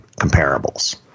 comparables